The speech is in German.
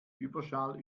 überschall